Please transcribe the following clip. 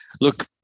Look